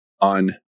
on